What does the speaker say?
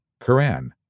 Quran